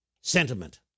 sentiment